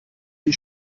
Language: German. sie